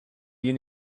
you